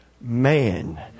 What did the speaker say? man